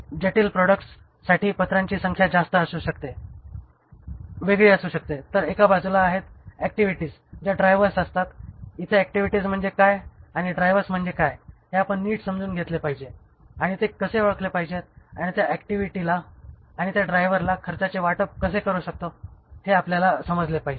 जटिल प्रॉडक्ट्स साठी पत्रांची संख्या जास्त असू शकते वेगळी असू शकते तर एका बाजूला आहेत ऍक्टिव्हिटीज ज्या ड्रायव्हर्स असतात इथे ऍक्टिव्हिटीज म्हणजे काय आणि ड्रायव्हर्स म्हणजे काय हे आपण नीट समजून घेतले पाहिजे आणि ते कसे ओळखले पाहिजेत आणि त्या ऍक्टिव्हिटीला आणि त्या ड्रायव्हरला खर्चाचे वाटप कसे करू शकतो हे आपल्याला समजले पाहिजे